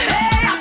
Hey